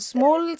Small